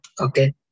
Okay